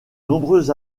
nombreuses